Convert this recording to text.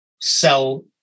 sell